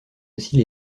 aussi